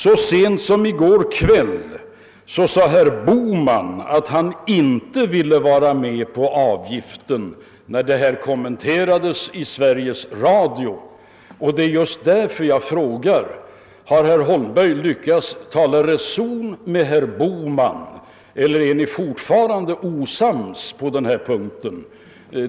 Så sent som i går kväll sade herr Bohman att han inte ville vara med om avgiften när frågan kommenterades i Sveriges Radio. Det är just därför jag frågar: Har herr Holmberg lyckats tala reson med herr Bohman, eller är ni fortfarande osams på den här punkten?